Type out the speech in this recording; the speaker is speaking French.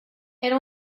elle